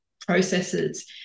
processes